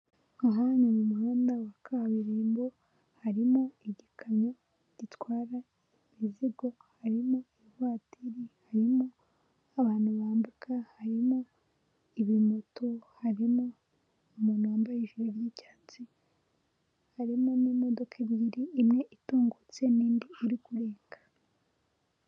Aha ni mu muhanda wa kaburimbo, harimo igikamyo gitwara imizigo harimo ivatiri, harimo abantu bambuka, harimo ibimoto, harimo umuntu wambaye ijiri ry'icyatsi, harimo n'imodoka ebyiri imwe itungutse n'indi iri kurenga.